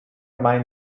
mind